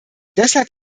deshalb